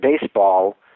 baseball